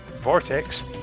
Vortex